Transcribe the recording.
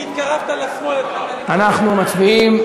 כי התקרבת לשמאל, אנחנו מצביעים.